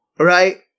Right